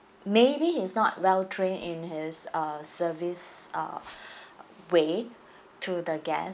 maybe he's not well trained in his uh service uh way to the guest